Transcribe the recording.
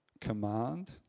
command